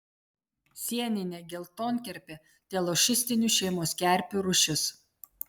sieninė geltonkerpė telošistinių šeimos kerpių rūšis